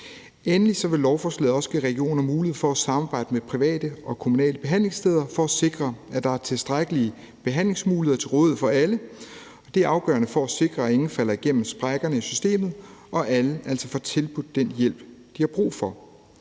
Endelig vil lovforslaget også give regioner mulighed for at samarbejde med private og kommunale behandlingssteder for at sikre, at der er tilstrækkelige behandlingsmuligheder til rådighed for alle. Det er afgørende for at sikre, at ingen falder igennem sprækkerne i systemet, og at alle får tilbudt den hjælp, de har brug for.